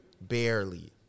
Barely